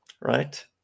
right